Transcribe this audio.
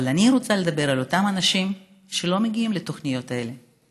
אבל אני רוצה לדבר על אותם אנשים שלא מגיעים לתוכניות האלה.